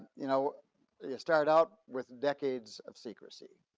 you know yeah started out with decades of secrecy,